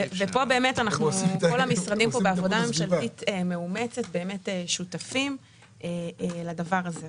כל המשרדים פה בעבודה ממשלתית מאומצת שותפים לדבר הזה.